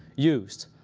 used.